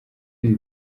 ibi